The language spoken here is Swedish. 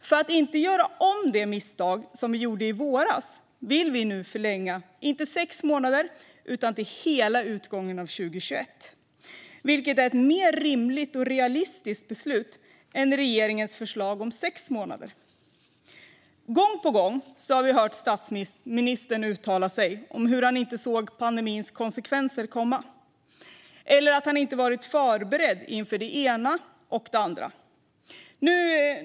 För att inte göra om det misstag som vi gjorde i våras vill vi nu förlänga inte sex månader utan till utgången av 2021, vilket är ett mer rimligt och realistiskt förslag än regeringens förslag om sex månader. Gång på gång har vi hört statsministern uttala sig om hur han inte såg pandemins konsekvenser komma eller att han inte varit förberedd inför det ena och det andra.